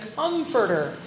comforter